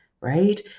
right